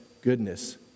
goodness